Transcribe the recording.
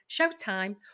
showtime